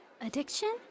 Addiction